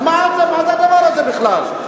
מה זה הדבר הזה בכלל?